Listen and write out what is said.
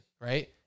right